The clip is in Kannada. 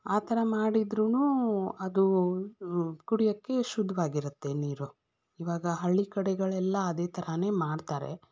ಆ ಥರ ಮಾಡಿದ್ರು ಅದು ಕುಡಿಯೋಕ್ಕೆ ಶುದ್ದವಾಗಿರುತ್ತೆ ನೀರು ಇವಾಗ ಹಳ್ಳಿ ಕಡೆಗಳೆಲ್ಲ ಅದೇ ಥರಾನೆ ಮಾಡ್ತಾರೆ